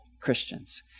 Christians